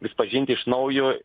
vis pažinti iš naujo